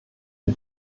für